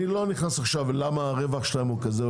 אני לא נכנס עכשיו ללמה הרווח שלהן הוא כזה,